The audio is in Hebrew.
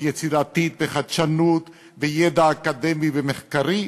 יצירתית וחדשנות וידע אקדמי ומחקרי,